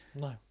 No